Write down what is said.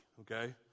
Okay